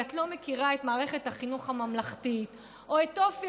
כי את לא מכירה את מערכת החינוך הממלכתי או את אופי